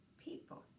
people